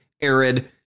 arid